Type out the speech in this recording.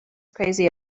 crazy